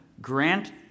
grant